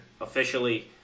officially